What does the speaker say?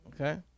okay